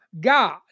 God